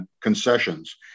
concessions